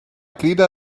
crida